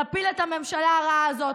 נפיל את הממשלה הרעה הזאת,